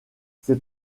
c’est